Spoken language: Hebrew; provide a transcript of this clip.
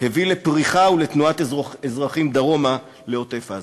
הביא לפריחה ולתנועת אזרחים דרומה לעוטף-עזה.